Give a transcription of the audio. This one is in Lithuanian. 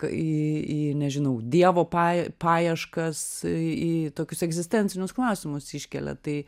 į į nežinau dievo pa paieškas į tokius egzistencinius klausimus iškelia tai